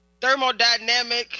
thermodynamic